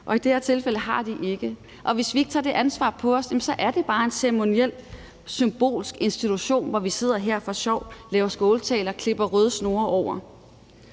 I det her tilfælde har de ikke. Hvis vi ikke tager det ansvar på os, er det bare en ceremoniel, symbolsk institution, hvor vi sidder her for sjov og laver skåltaler og klipper røde snore over.